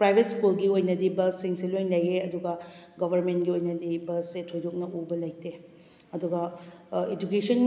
private ꯁ꯭ꯀꯨꯜꯒꯤ ꯑꯣꯏꯅꯗꯤ ꯕꯁꯁꯤꯡꯁꯦ ꯂꯣꯏ ꯂꯩꯌꯦ ꯑꯗꯨꯒ ꯒꯣꯕꯔꯃꯦꯟꯒꯤ ꯑꯣꯏꯅꯗꯤ ꯕꯁꯁꯤ ꯊꯣꯏꯗꯣꯛꯅ ꯎꯕ ꯂꯩꯇꯦ ꯑꯗꯨꯒ ꯏꯗꯨꯀꯦꯁꯟ